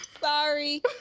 Sorry